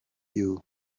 you